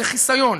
זה חיסיון.